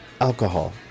alcohol